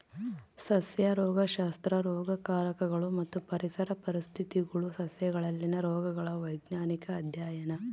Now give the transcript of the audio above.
ಸಸ್ಯ ರೋಗಶಾಸ್ತ್ರ ರೋಗಕಾರಕಗಳು ಮತ್ತು ಪರಿಸರ ಪರಿಸ್ಥಿತಿಗುಳು ಸಸ್ಯಗಳಲ್ಲಿನ ರೋಗಗಳ ವೈಜ್ಞಾನಿಕ ಅಧ್ಯಯನ